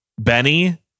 Benny